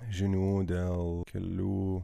žinių dėl kelių